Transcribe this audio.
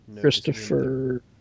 Christopher